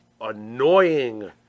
annoying